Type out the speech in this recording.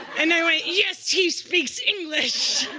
and i went, yes! he speaks english.